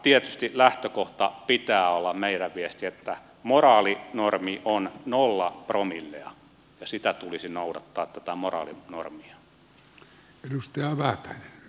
tietysti lähtökohtana meillä pitää olla se viesti että moraalinormi on nolla promillea ja sitä tulisi noudattaa tätä moraalinormia